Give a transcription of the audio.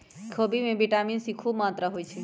खोबि में vitamin C खूब मत्रा होइ छइ